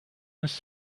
this